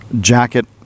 jacket